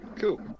Cool